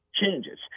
changes